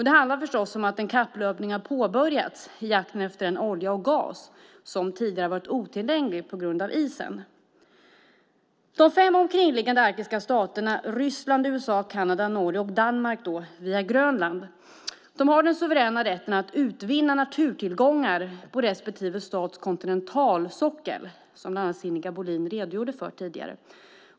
Det handlar förstås om att en kapplöpning har påbörjats i jakten efter den olja och gas som tidigare har varit otillgänglig på grund av isen. De fem omkringliggande arktiska staterna Ryssland, USA, Kanada, Norge och Danmark, via Grönland, har den suveräna rätten att utvinna naturtillgångar på respektive stats kontinentalsockel, vilket bland annat Sinikka Bohlin redogjorde för tidigare.